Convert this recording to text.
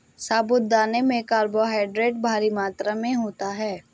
साबूदाना में कार्बोहायड्रेट भारी मात्रा में होता है